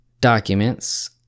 documents